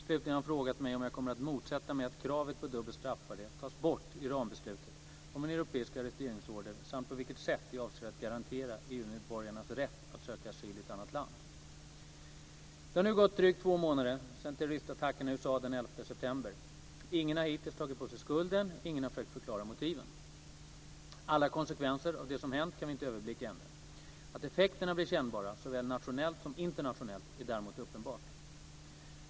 Slutligen har han frågat mig om jag kommer att motsätta mig att kravet på dubbel straffbarhet tas bort i rambeslutet om en europisk arresteringsorder samt på vilket sätt jag avser att garantera EU medborgarnas rätt att söka asyl i ett annat EU-land. Det har nu gått drygt två månader sedan terroristattackerna i USA den 11 september. Ingen har hittills tagit på sig skulden, och ingen har försökt att förklara motiven. Alla konsekvenser av det som hänt kan vi inte överblicka ännu. Att effekterna blir kännbara såväl nationellt som internationellt är däremot uppenbart.